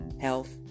health